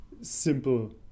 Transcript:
simple